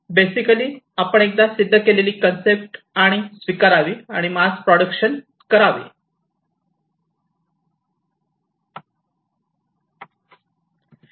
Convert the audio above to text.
basically आपण एकदा सिद्ध केलेली कन्सेप्ट स्वीकारावी आणि मास प्रोडक्शन करावे